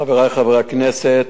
חברי חברי הכנסת,